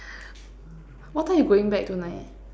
what time are you going back tonight ah